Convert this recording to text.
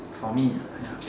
for me ya